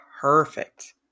perfect